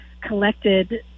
collected